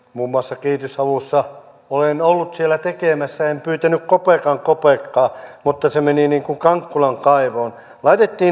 pariisissa osattiin sopia ja siellä kaikki ottivat vastuuta mutta myös antoivat periksi joistain omista tavoitteistaan